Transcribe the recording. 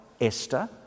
Esther